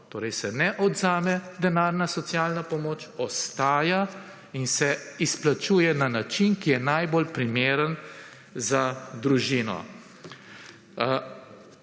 torej se ne odvzame denarna socialna pomoč, ostaja in se izplačuje na način, ki je najbolj primeren za družno.